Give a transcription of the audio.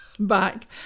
back